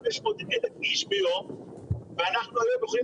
450,000 עד 500,000 איש ביום ואנחנו היום יכולים